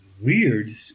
weird